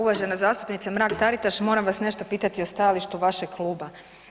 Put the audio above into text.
Uvažena zastupnice Mrak Taritaš moram vas nešto pitati o stajalištu vašeg kluba.